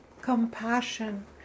compassion